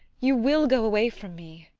you will go away from me.